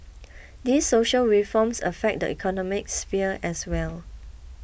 these social reforms affect the economic sphere as well